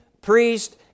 priest